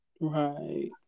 Right